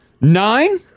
Nine